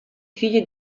figli